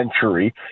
century